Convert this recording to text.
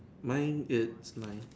mine is